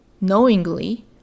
knowingly